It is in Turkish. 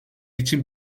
için